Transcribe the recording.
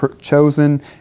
chosen